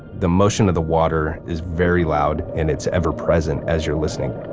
the motion of the water is very loud, and it's ever-present as you're listening